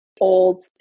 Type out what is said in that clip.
old